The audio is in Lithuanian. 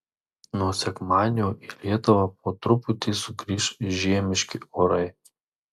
nuo sekmadienio į lietuvą po truputį sugrįš žiemiški orai